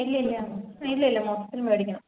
ഇല്ല ഇല്ല ഇല്ല ഇല്ല മൊത്തത്തിൽ മേടിക്കണം